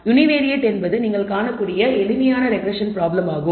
univariate என்பது நீங்கள் காணக்கூடிய எளிமையான ரெக்ரெஸ்ஸன் ப்ராப்ளமாகும்